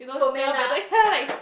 ferment ah